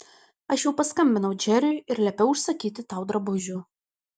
aš jau paskambinau džeriui ir liepiau užsakyti tau drabužių